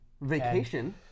vacation